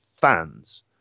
fans